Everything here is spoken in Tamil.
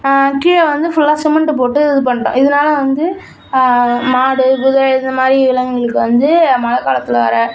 கீழே வந்து ஃபுல்லாக சிமெண்ட்டு போட்டு இது பண்ணிட்டோம் இதனால வந்து மாடு குதிரை இது மாதிரி விலங்குகளுக்கு வந்து மழைக்காலத்தில் வர